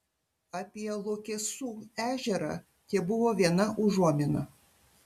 apie luokesų ežerą tebuvo viena užuomina